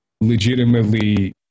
legitimately